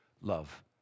love